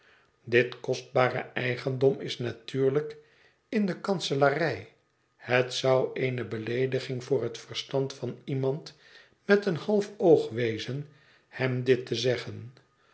dit kostbare eigendom is natuurlijk in de kanselarij het zou eene beleediging voor het verstand van iemand met een half oog wezen hem dit te zeggen